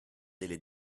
delle